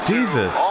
Jesus